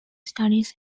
studies